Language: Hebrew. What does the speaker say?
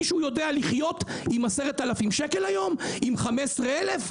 מישהו יודע לחיות עם 10,000 שקל היום, עם 15,000?